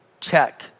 check